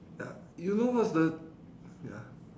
ya you know what's the ya